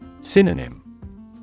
Synonym